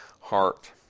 heart